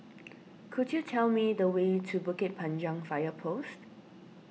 could you tell me the way to Bukit Panjang Fire Post